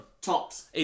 Tops